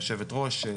היושבת-ראש,